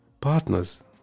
partners